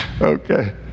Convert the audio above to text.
Okay